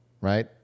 right